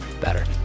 better